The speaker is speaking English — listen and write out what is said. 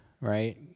right